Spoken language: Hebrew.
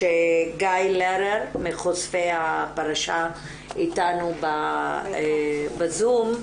גיא לרר מחושפי הפרשה איתנו בזום.